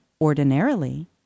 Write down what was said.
ordinarily